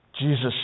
Jesus